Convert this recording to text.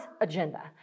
agenda